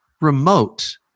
remote